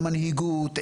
של המנהיגות,